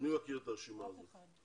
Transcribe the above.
מי מכיר את הרשימה הזאת?